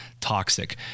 Toxic